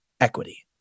equity